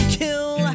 kill